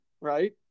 right